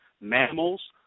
mammals